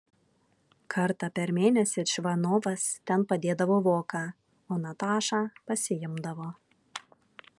kartą per mėnesį čvanovas ten padėdavo voką o natašą pasiimdavo